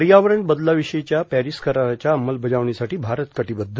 पर्यावरण बदलाविषयीच्या पॅरिस कराराच्या अंमलबजावणीसाठी भारत कटिबद्ध